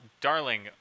darling